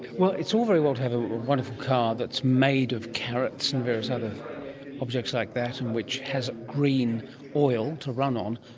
it's all very well to have a wonderful car that's made of carrots and various other objects like that and which has green oil to run on,